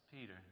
Peter